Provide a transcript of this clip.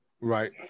Right